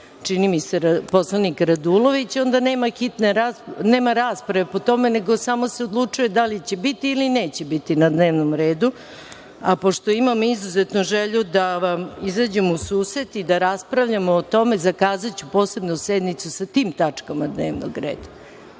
čini mi se poslanik Radulović. Nema rasprave po tome, nego se samo odlučuje da li će biti ili neće biti na dnevnom redu, a pošto imam izuzetnu želju da vam izađem u susret i da raspravljamo o tome, zakazaću posebnu sednicu sa tim tačkama dnevnog reda.